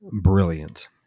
brilliant